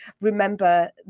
remember